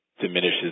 diminishes